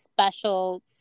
special